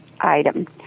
item